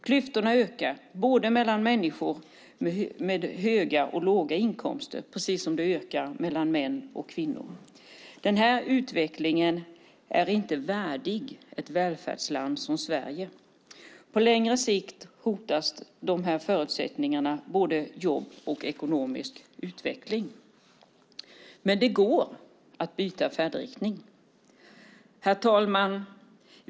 Klyftorna ökar både mellan människor med höga och låga inkomster och mellan män och kvinnor. Den utvecklingen är inte värdig ett välfärdsland som Sverige. På längre sikt hotar detta förutsättningarna för både jobb och ekonomisk utveckling, men det går att byta färdriktning. Herr talman!